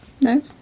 No